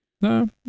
No